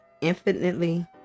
Infinitely